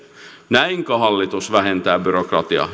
näinkö hallitus vähentää byrokratiaa